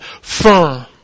firm